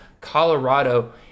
colorado